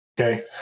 Okay